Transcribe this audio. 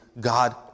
God